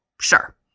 Sure